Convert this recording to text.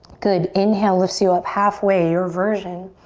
good, inhale lifts you up halfway, your version.